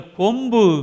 kumbu